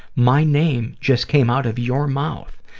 my name just came out of your mouth.